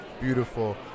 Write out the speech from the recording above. Beautiful